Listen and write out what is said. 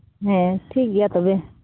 ᱦᱮᱸ ᱴᱷᱤᱠᱜᱮᱭᱟ ᱛᱚᱵᱮ